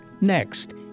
Next